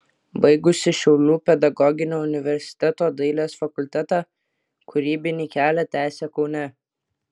baigusi šiaulių pedagoginio universiteto dailės fakultetą kūrybinį kelią tęsė kaune